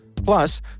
Plus